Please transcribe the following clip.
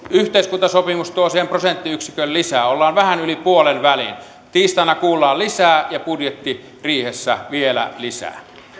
yhteiskuntasopimus tuo siihen prosenttiyksikön lisää ollaan vähän yli puolenvälin tiistaina kuullaan lisää ja budjettiriihessä vielä lisää